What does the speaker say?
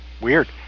Weird